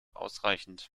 ausreichend